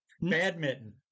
Badminton